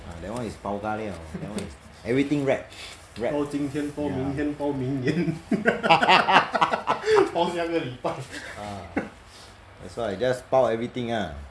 ah that [one] is bao ka liao that [one] is everything wrapped wrapped ya ah that's why just 包 everything lah